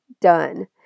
done